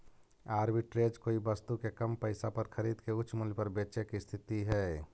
arbitrage कोई वस्तु के कम पईसा पर खरीद के उच्च मूल्य पर बेचे के स्थिति हई